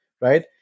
right